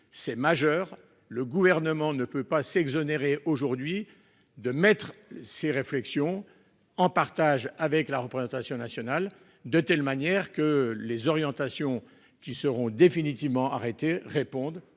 c'est majeur. Le gouvernement ne peut pas s'exonérer aujourd'hui de mettre ses réflexions en partage avec la représentation nationale de telle manière que les orientations qui seront définitivement arrêtées répondent